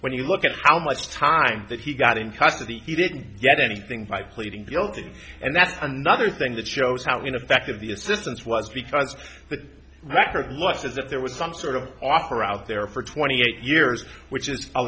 when you look at how much time that he got in custody he didn't get anything by pleading guilty and that's another thing that shows how ineffective the assistance was because the record looks as if there was some sort of offer out there for twenty eight years which is a